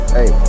Hey